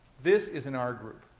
this is an r group.